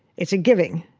it's a giving.